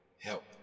help